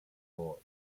laude